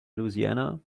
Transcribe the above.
louisiana